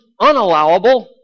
unallowable